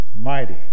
mighty